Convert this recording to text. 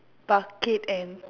bucket and